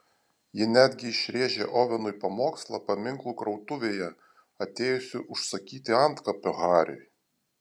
ji netgi išrėžė ovenui pamokslą paminklų krautuvėje atėjusi užsakyti antkapio hariui